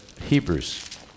Hebrews